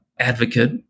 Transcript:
advocate